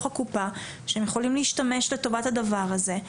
הקופה שהם יכולים להשתמש לטובת הדבר הזה.